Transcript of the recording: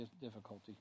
difficulty